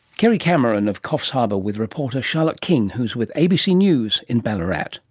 kerry cameron of coffs harbour with reporter charlotte king who is with abc news in ballarat.